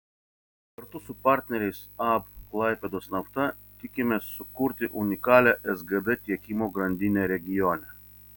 kartu su partneriais ab klaipėdos nafta tikimės sukurti unikalią sgd tiekimo grandinę regione